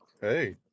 Hey